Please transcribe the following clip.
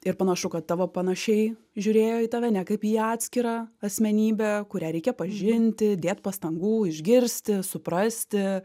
ir panašu kad tavo panašiai žiūrėjo į tave ne kaip į atskirą asmenybę kurią reikia pažinti dėt pastangų išgirsti suprasti